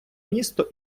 місто